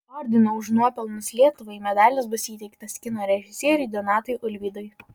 ordino už nuopelnus lietuvai medalis bus įteiktas kino režisieriui donatui ulvydui